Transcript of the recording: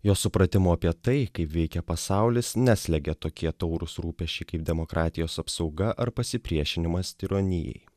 jo supratimu apie tai kaip veikia pasaulis neslegia tokie taurūs rūpesčiai kaip demokratijos apsauga ar pasipriešinimas tironijai